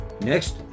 Next